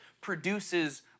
produces